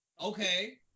Okay